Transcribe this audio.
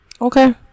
Okay